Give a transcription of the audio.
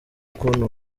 kubona